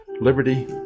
Liberty